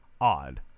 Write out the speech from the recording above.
odd